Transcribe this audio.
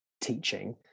teaching